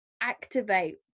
activate